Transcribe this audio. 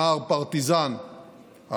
נער פרטיזן,